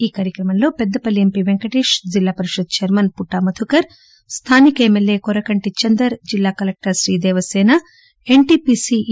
ఈ కార్యక్రమంలో Peddapalli MP Venkatesh Zilla Parishad chairman Putta Madhukar స్టానిక ఎమ్మెల్యే కొరకంటి చందర్ జిల్లాకలెక్టర్ Sridevasena N T P C ఈ